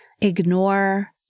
ignore